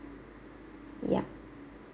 yeah